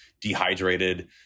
dehydrated